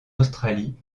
australie